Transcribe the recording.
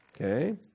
Okay